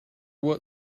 what